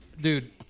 dude